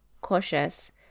cautious